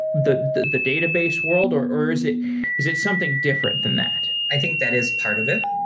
the the database world, or or is it is it something different than that? i think that is part of it.